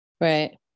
Right